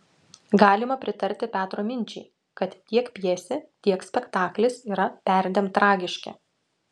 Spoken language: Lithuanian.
galima pritarti petro minčiai kad tiek pjesė tiek spektaklis yra perdėm tragiški